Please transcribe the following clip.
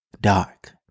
dark